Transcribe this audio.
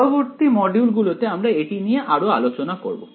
পরবর্তী মডিউল গুলোতে আমরা এটি নিয়ে আরো আলোচনা করব